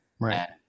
Right